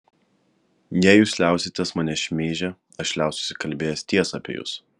jei jūs liausitės mane šmeižę aš liausiuosi kalbėjęs tiesą apie jus